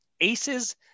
aces